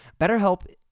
BetterHelp